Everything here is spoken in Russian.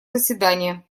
заседания